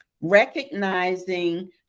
recognizing